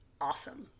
awesome